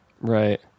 Right